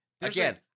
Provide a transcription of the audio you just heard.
Again